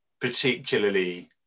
particularly